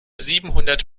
siebenhundert